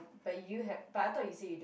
but you had but I thought you say you